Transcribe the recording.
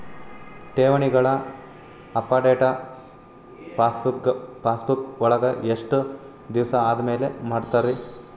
ಠೇವಣಿಗಳ update passbook ವಳಗ ಎಷ್ಟ ದಿವಸ ಆದಮೇಲೆ ಮಾಡ್ತಿರ್?